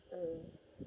um